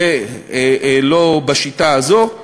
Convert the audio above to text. ולא בשיטה הזו.